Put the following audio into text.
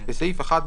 בסעיף 1,